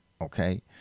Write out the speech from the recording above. Okay